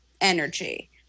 energy